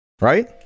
right